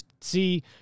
see